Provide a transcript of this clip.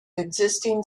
existing